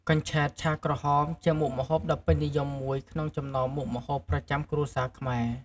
កញ្ឆែតឆាក្រហម ជាមុខម្ហូបដ៏ពេញនិយមមួយក្នុងចំណោមមុខម្ហូបប្រចាំគ្រួសារខ្មែរ។